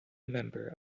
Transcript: member